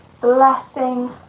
Blessing